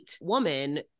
woman